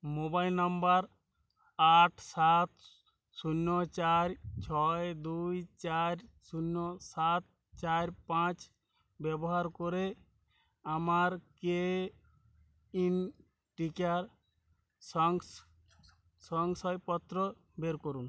mobile number আট সাত শূন্য চার ছয় দুই চার শূন্য সাত চার পাঁচ ব্যবহার করে আমার কোউইন টিকার শংস শংসাপত্র বের করুন